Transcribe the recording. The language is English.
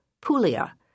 Puglia